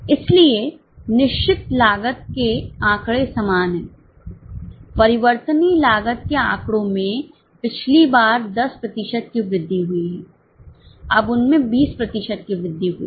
इसलिए निश्चित लागत के आंकड़े समान हैं परिवर्तनीय लागत के आंकड़ों में पिछली बार 10 प्रतिशत की वृद्धि हुई है अब उनमें 20 प्रतिशत की वृद्धि हुई है